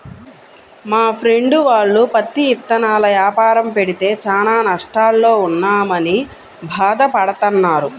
మా ఫ్రెండు వాళ్ళు పత్తి ఇత్తనాల యాపారం పెడితే చానా నష్టాల్లో ఉన్నామని భాధ పడతన్నారు